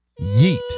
yeet